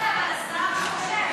רגע, אבל השר עונה.